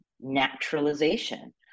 naturalization